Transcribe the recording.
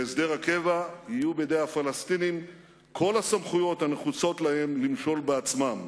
בהסדר הקבע יהיו בידי הפלסטינים כל הסמכויות הנחוצות להם למשול בעצמם,